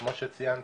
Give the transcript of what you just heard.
וכמו שציינת,